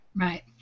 Right